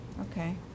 okay